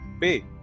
pay